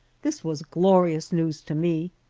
this was glorious news to me.